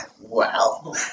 Wow